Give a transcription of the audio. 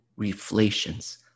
reflations